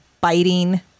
biting